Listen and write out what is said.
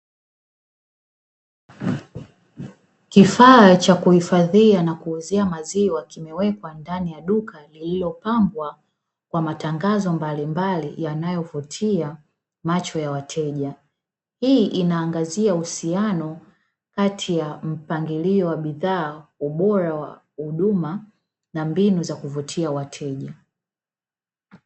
Kifaa cha kuhifadhia na kuuzia maziwa, kimewekwa ndani ya duka lililopambwa kwa matangazo mbalimbali yanayovutia macho ya wateja, hii inaangazia uhusiano kati ya mpangilio wa bidhaa, ubora wa huduma na mbinu za kuvutia wateja.